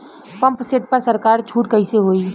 Pump set पर सरकार छूट कईसे होई?